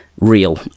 real